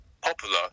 popular